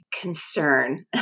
concern